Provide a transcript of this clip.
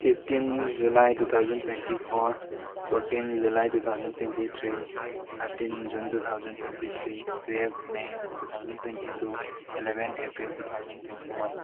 fifteen July two thousand twenty four fourteen July two thousand twenty three thirteen June two thousand twenty three twelve may two thousand twenty two eleven April two thousand twenty one